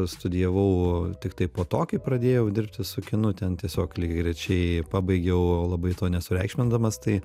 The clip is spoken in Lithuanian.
studijavau tiktai po to kai pradėjau dirbti su kinu ten tiesiog lygiagrečiai pabaigiau labai to nesureikšmindamas tai